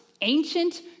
ancient